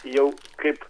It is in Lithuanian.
jau kaip